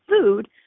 food